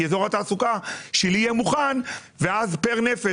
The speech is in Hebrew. אזור התעסוקה שלי יהיה מוכן ואז פר נפש,